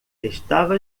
estava